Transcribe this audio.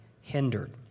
hindered